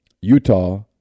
Utah